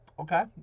Okay